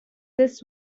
this